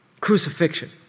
Crucifixion